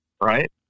Right